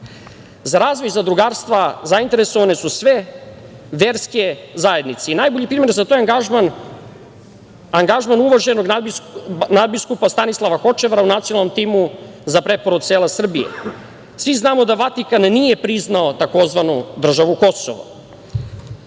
Za razvoj zadrugarstva zainteresovane su sve verske zajednice. Najbolji primer za to je angažman uvaženog nadbiskupa Stanislava Hočevara u nacionalnom timu za preporod sela Srbije. Svi znamo da Vatikan nije priznao tzv. državu Kosovo.